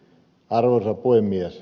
arvoisa puhemies